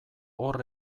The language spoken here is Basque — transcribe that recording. hor